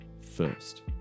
first